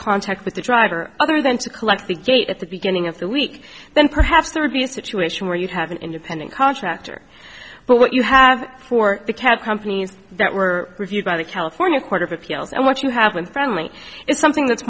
contact with the driver other than to collect the gate at the beginning of the week then perhaps to review the situation where you have an independent contractor but what you have for the cab companies that were reviewed by the california court of appeals and what you have been friendly is something that's